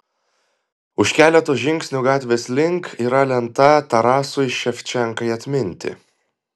už keleto žingsnių gatvės link yra lenta tarasui ševčenkai atminti